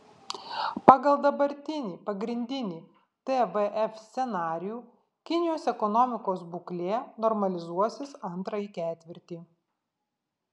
pagal dabartinį pagrindinį tvf scenarijų kinijos ekonomikos būklė normalizuosis antrąjį ketvirtį